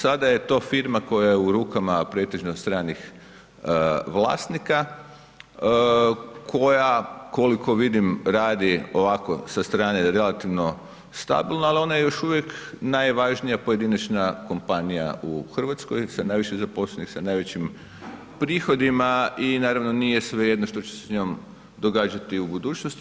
Sada je to firma koja je u rukama pretežno stranih vlasnika koja koliko vidim radi ovako sa strane relativno stabilno, ali je ona još uvijek najvažnija pojedinačna kompanija u Hrvatskoj sa najviše zaposlenih, sa najvećim prihodima i naravno nije svejedno što će se s njom događati u budućnosti.